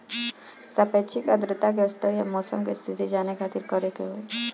सापेक्षिक आद्रता के स्तर या मौसम के स्थिति जाने खातिर करे के होई?